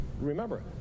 remember